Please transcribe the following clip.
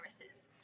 viruses